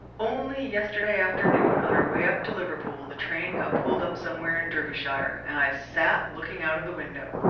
only yesterday afternoon, on our way up to liverpool, the train got pulled up somewhere in derbyshire, and i sat looking out of the window.